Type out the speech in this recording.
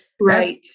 Right